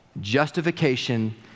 justification